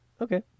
Okay